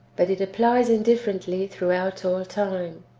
but it applies indiffe rently throughout all time.